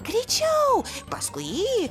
greičiau paskui jį